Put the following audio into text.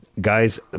Guys